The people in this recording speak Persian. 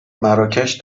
مراکش